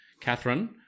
Catherine